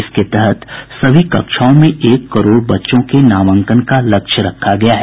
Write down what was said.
इसके तहत सभी कक्षाओं में एक करोड़ बच्चों के नामांकन का लक्ष्य रखा गया है